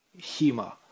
HEMA